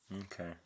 Okay